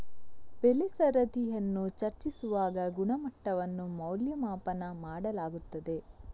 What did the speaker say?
ಬೆಳೆ ಸರದಿಯನ್ನು ಚರ್ಚಿಸುವಾಗ ಗುಣಮಟ್ಟವನ್ನು ಮೌಲ್ಯಮಾಪನ ಮಾಡಲಾಗುತ್ತದೆ